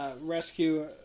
rescue